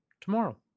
tomorrow